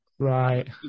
Right